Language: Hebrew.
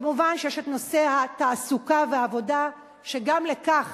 כמובן, יש נושא התעסוקה והעבודה, וגם לכך